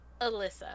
Alyssa